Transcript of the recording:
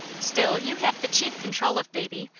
still you have the chief control of baby,